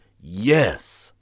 Yes